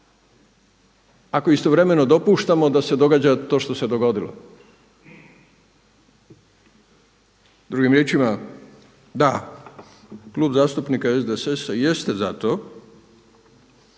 ako istovremeno dopuštamo da se događa to što se dogodilo. Drugim riječima, da, Klub zastupnika SDSSA-a jeste za to